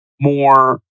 more